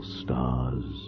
stars